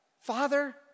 Father